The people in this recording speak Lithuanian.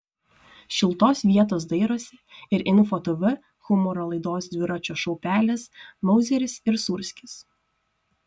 šiltos vietos dairosi ir info tv humoro laidos dviračio šou pelės mauzeris ir sūrskis